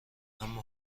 اما